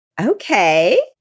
Okay